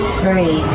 three